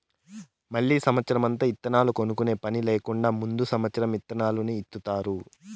మళ్ళీ సమత్సరం ఇత్తనాలు కొనుక్కునే పని లేకుండా ముందు సమత్సరం ఇత్తనాలు ఇత్తుతారు